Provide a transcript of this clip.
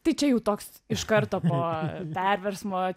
tai čia jau toks iš karto po perversmo